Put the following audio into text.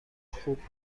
خوب